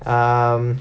um